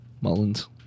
Mullins